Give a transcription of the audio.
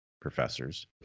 professors